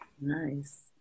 nice